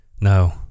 No